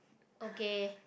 okay